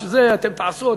אתם תעשו,